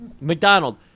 McDonald